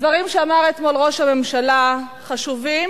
הדברים שאמר אתמול ראש הממשלה חשובים,